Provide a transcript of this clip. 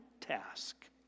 task